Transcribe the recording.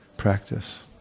Practice